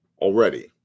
already